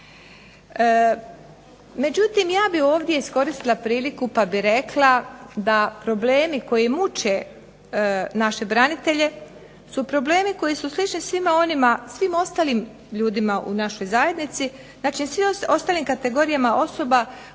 Međutim, ja bih ovdje iskoristila priliku pa bih rekla da problemi koji muče naše branitelje su problemi koji su slični svim ostalim ljudima u našoj zajednici znači svim ostalim kategorijama osoba